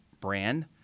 brand